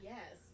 Yes